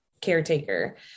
caretaker